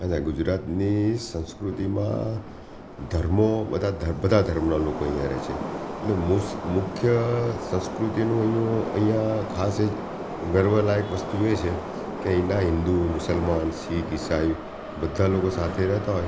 અને ગુજરાતની સંસ્કૃતિમાં ધર્મો બધા ધર્મના લોકો અહીંયાં રહે છે એટલે મુસ મુખ્ય સંસ્કૃતિનું અહીંયાં અહીંયાં ખાસ ગર્વલાયક વસ્તુ એ છે કે અહીંના હિન્દુ મુસલમાન શીખ ઈસાઈ બધા લોકો સાથે રહેતા હોય